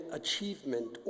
achievement